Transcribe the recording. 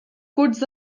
curts